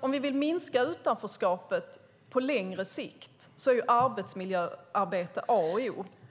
Om vi vill minska utanförskapet på längre sikt är arbetsmiljöarbete A och O.